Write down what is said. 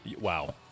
wow